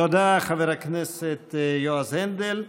תודה, חבר הכנסת יועז הנדל.